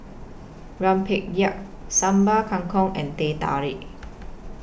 Rempeyek Sambal Kangkong and Teh Tarik